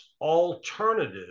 alternative